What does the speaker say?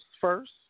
first